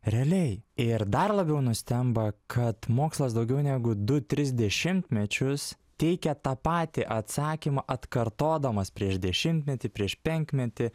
realiai ir dar labiau nustemba kad mokslas daugiau negu du tris dešimtmečius teikia tą patį atsakymą atkartodamas prieš dešimtmetį prieš penkmetį